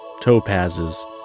topazes